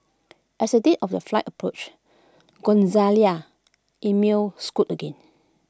as the date of their flight approach Gonzalez email scoot again